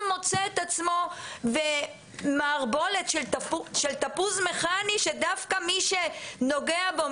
מוצא את עצמו במערבולת של תפוז מכני שדווקא מי שנוגע בו,